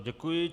Děkuji.